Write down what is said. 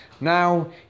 Now